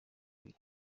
ibiri